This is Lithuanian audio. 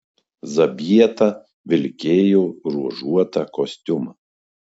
zabieta vilkėjo ruožuotą kostiumą